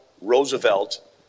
Roosevelt